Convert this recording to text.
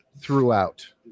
throughout